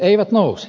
eivät nouse